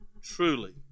truly